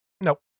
Nope